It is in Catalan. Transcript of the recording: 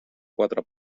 quatre